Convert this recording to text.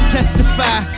Testify